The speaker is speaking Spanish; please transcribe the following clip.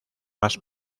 más